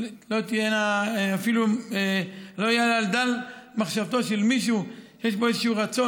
שלא יעלה על דל מחשבתו של מישהו שיש פה איזשהו רצון,